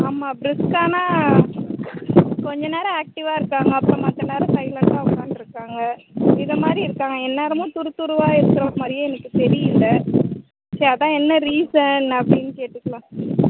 ஆமாம் பிரிஸ்க்கானால் கொஞ்சம் நேரம் ஆக்டிவ்வாக இருக்காங்க அப்பறம் மற்ற நேரம் சைலன்ட்டாக உட்காண்ட்டுருக்காங்க இதே மாதிரி இருக்காங்க எந்நேரமும் துருத்துருவாக இருக்கிற மாதிரியே எனக்கு தெரியலை சரிஅதுதான் என்ன ரீசன் அப்படின்னு கேட்டுக்கலாம்